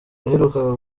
yaherukaga